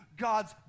God's